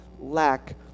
lack